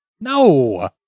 No